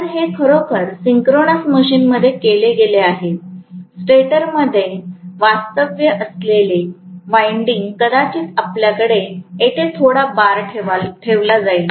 तर हे खरोखर सिंक्रोनस मशीनमध्ये केले गेले आहे स्टेटरमध्ये वास्तव्य असलेले वाइंडिंग कदाचित आपल्याकडे येथे थोडा बार ठेवला जाईल